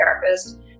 therapist